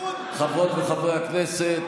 חברות וחברי הכנסת,